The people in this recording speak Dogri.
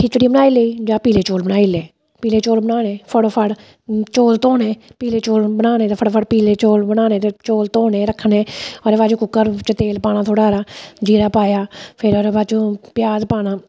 खिचड़ी बनाई लेई जां पीले चौल बनाई ले पीले चौल बनाने फटोफट चौल धोने पीले चौल बनाने ते फटाफट पीले चौल बनाने ते चौल धोने रक्खने ओह्दे आचू कुक्कर च तेल पाना थोह्ड़ा हारा जीरा पाया फिर ओह्दे बाद चूं प्याज पाना